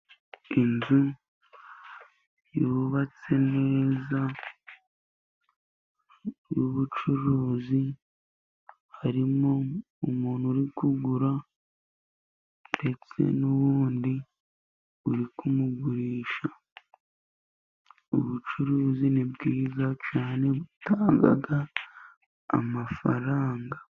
Inzu yubatse neza y'ubucuruzi, harimo umuntu uri kugura ndetse n'uwundi uri kumugurisha, ubucuruzi ni bwiza cyane butanga amafaranga.